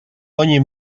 ogni